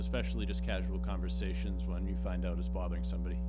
especially just casual conversations when you find out is bothering somebody